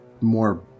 more